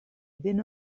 been